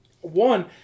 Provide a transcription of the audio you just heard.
One